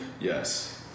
Yes